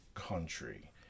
country